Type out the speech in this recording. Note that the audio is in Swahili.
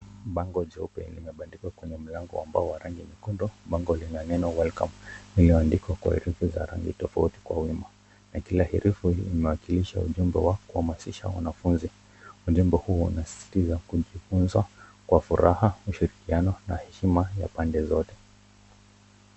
Bango jeupe limebandikwa kwenye mlango wa mbao wa rangi nyekundu. Bango lina neno welcome . Limeandikwa kwa herufi za rangi tofauti kwa uima. Na kila herufi hii inawakilisha ujumbe wa kuhamasisha wanafunzi. Ujumbe huu unasisitiza kujifunza kwa furaha, ushirikiano na heshima ya pande zote.